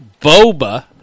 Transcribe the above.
Boba